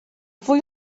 fwy